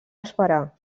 esperar